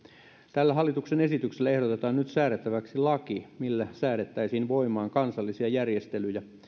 tällä hallituksen esityksellä ehdotetaan nyt säädettäväksi laki millä säädettäisiin voimaan kansallisia järjestelyjä